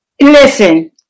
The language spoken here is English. Listen